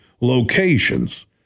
locations